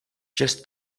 just